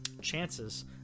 chances